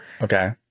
okay